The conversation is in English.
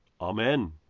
Amen